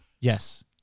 Yes